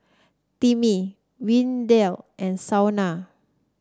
Timmy Windell and Shaunna